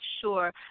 sure